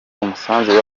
umusaza